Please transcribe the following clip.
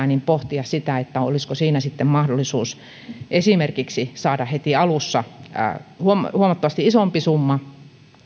niin voidaan pohtia olisiko siinä esimerkiksi mahdollisuus saada heti alussa huomattavasti isompi summa